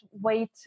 wait